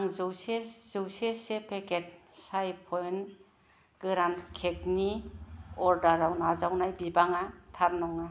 आं जौसे जौसे से पेकेट चाय पइन्ट गोरान केकनि अर्डाराव नाजावनाय बिबाङा थार नङा